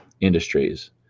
industries